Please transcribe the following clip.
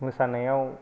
मोसानायाव